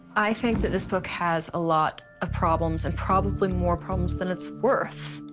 i think that this book has a lot of problems and probably more problems than it's worth.